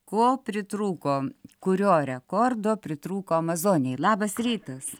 ko pritrūko kurio rekordo pritrūko amazonėj labas rytas